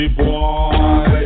boy